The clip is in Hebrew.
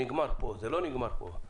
העבודה שלנו לא נגמרת פה,